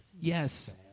Yes